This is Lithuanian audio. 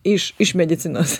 iš iš medicinos